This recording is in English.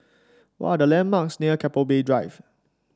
what are the landmarks near Keppel Bay Drive